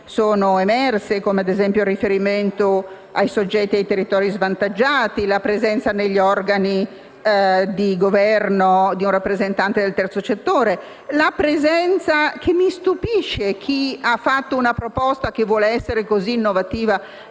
sono emerse, come - ad esempio - il riferimento ai soggetti e ai territori svantaggiati; alla presenza negli organi di governo di un rappresentante del terzo settore; all'introduzione - mi stupisce che chi ha fatto una proposta che vuole essere così innovativa